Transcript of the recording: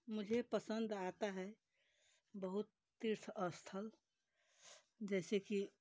मुझे पसंद आता है बहुत तीर्थ स्थल जैसे कि